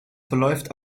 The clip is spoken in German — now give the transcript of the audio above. verläuft